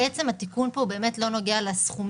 בעצם התיקון פה הוא באמת לא נוגע לסכומים.